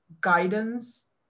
guidance